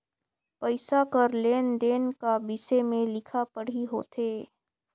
पइसा कर लेन देन का बिसे में लिखा पढ़ी होथे